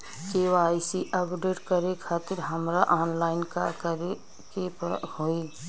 KYC update करे खातिर हमरा ऑनलाइन का करे के होई?